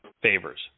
favors